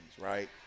right